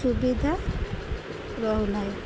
ସୁବିଧା ରହୁନାହିଁ